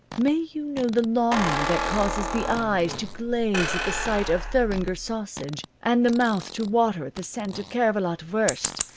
may you know the longing that causes the eyes to glaze at the sight of thuringer sausage, and the mouth to water at the scent of cervelat wurst,